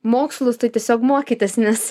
mokslus tai tiesiog mokytis nes